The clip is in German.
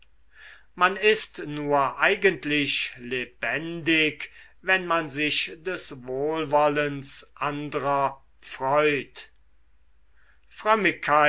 man ist nur eigentlich lebendig wenn man sich des wohlwollens andrer freut